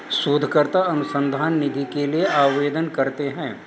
शोधकर्ता अनुसंधान निधि के लिए आवेदन करते हैं